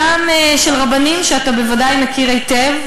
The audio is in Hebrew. גם של רבנים שאתה בוודאי מכיר היטב,